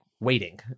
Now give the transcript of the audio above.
waiting